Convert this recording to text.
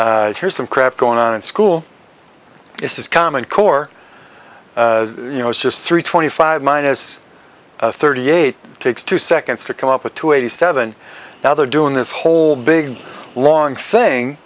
you here's some crap going on in school is common core you know it's just three twenty five minus thirty eight takes two seconds to come up with to eighty seven now they're doing this whole big long thing